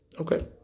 okay